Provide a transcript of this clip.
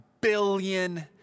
billion